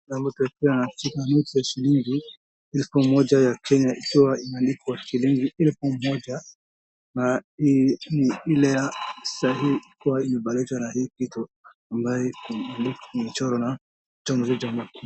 Mtu akiwa ameshika noti ya shilingi elfu moja ya Kenya ikiwa imeandikwa , shilingi elfu moja na ile ya sahi ikiwa ime.